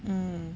mm